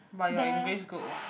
but your English good what